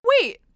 Wait